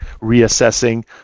reassessing